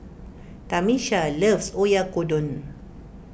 Tamisha loves Oyakodon